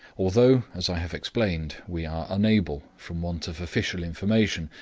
although, as i have explained, we are unable, from want of official information,